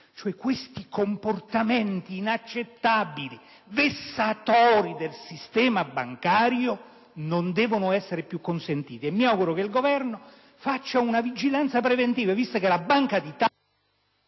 questi comportamenti inaccettabili e vessatori del sistema bancario non devono essere più consentiti. E mi auguro che il Governo faccia una vigilanza preventiva visto che la Banca d'Italia